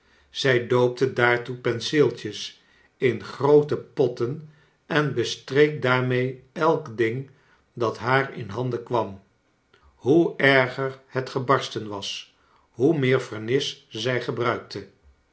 zij doopte daartoe penseeltjes in groote potten en bestreek daarmee elk ding dat liaar in handen kwam hoe erger bet gebarsten was hoe meer vernis zij gelbruikte